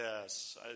Yes